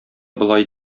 болай